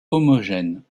homogène